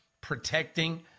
protecting